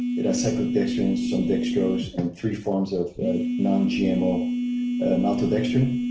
it has cyclodextrine, some dextrose and three forms of non gmo maltodextrin.